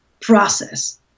process